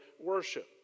worship